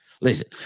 Listen